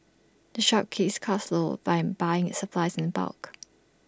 the shop keeps its costs low by buying supplies in bulk